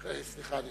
סליחה.